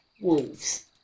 wolves